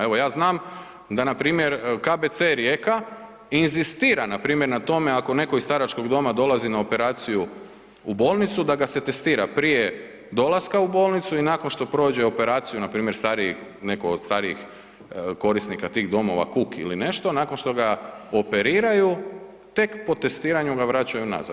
Evo, ja znam da npr. KBC Rijeka inzistira npr. na tome ako neko iz staračkog doma dolazi na operaciju u bolnicu da ga se testira prije dolaska u bolnicu i nakon što prođe operaciju npr. stariji, neko od starijih korisnika tih domova, kuk ili nešto, nakon što ga operiraju tek po testiranju ga vraćaju nazad.